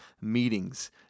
meetings